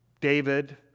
David